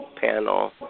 panel